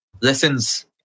lessons